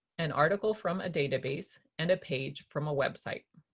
an article from a database, and a page from a website.